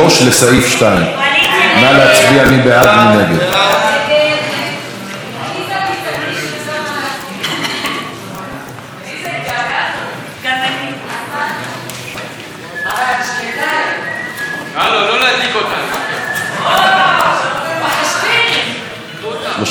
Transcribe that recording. לסעיף 2. ההסתייגות של קבוצת סיעת מרצ לסעיף 2 לא נתקבלה.